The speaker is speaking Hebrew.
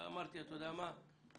אמרתי יש מקום,